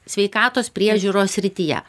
sveikatos priežiūros srityje